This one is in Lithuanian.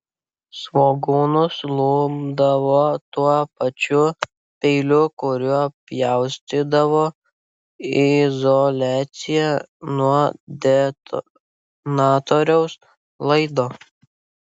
svogūnus lupdavo tuo pačiu peiliu kuriuo pjaustydavo izoliaciją nuo detonatoriaus laido